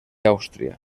àustria